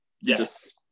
yes